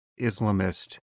Islamist